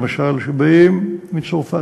למשל שבאים מצרפת.